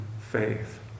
faith